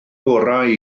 gorau